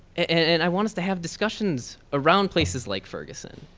and i want us to have discussions around places like ferguson,